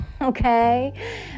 okay